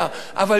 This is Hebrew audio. אבל ג'ובים?